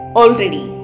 already